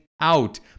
out